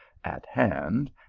at hand,